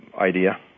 idea